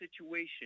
situation